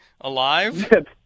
alive